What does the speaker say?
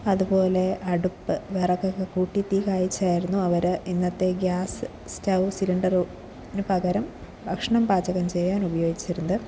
അതുപോലെ അടുപ്പ് വിറകൊക്കെ കൂട്ടി തീ കായിച്ചായിരുന്നു അവരെ ഇന്നത്തെ ഗ്യാസ് സ്റ്റൗ സിലിണ്ടറിനു പകരം ഭക്ഷണം പാചകം ചെയ്യാൻ ഉപയോഗിച്ചിരുന്നത്